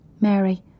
Mary